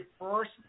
first